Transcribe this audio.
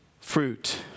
fruit